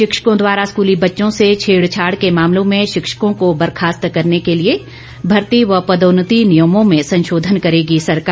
शिक्षकों द्वारा स्कूली बच्चों से छेड़छाड़ के मामलों में शिक्षकों को बर्खास्त करने के लिए भर्ती व पदोन्नति नियमों में संशोधन करेगी सरकार